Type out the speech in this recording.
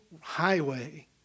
highway